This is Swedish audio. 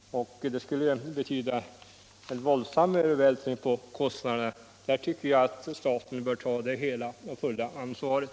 Det skulle betyda en våldsam övervältring av kostnader. Där tycker jag att staten bör ta ansvaret helt och fullt.